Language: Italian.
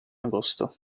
agosto